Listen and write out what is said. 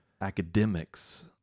academics